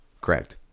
Correct